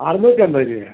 അറുനൂറ്റമ്പത് രൂപയോ